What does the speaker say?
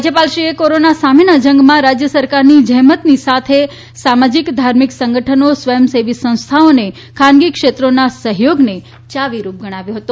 રાજય ાલશ્રીએ કોરોના સામેના જંગમાં રાજય સરકારની જહેમત સાથે સમાજીક ધાર્મિક સંગઠનો સ્વયંસેવી સંસ્થાઓ અને ખાનગી ક્ષેત્રોના સહયોગને યાવીરૂ ગણાવ્યો હતો